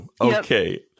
Okay